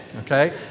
okay